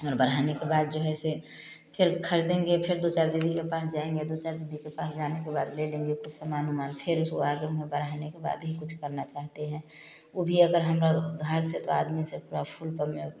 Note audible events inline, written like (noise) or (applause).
बढ़ाने के बाद जो है से फ़िर खरीदेंगे फिर दो चार दीदी के पास जाएँगे दो चार दीदी के पास जाने के बाद ले लेंगे फिर समान उमान फिर उसको आगे (unintelligible) बढ़ाने के बाद ही कुछ करना चाहते हैं ओ भी अगर हम घर से तो आदमी से (unintelligible)